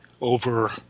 over